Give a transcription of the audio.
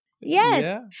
Yes